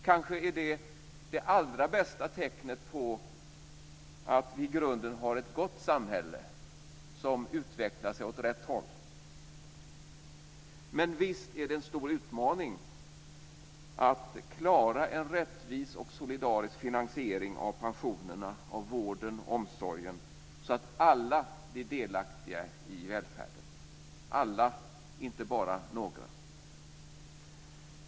Det är kanske det allra bästa tecknet på att vi i grunden har ett gott samhälle som utvecklar sig åt rätt håll. Men visst är det en stor utmaning att klara en rättvis och solidarisk finansiering av pensionerna, vården och omsorgen, så att alla blir delaktiga i välfärden - alla, inte bara några.